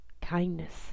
kindness